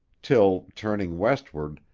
till, turning westward,